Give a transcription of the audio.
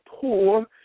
poor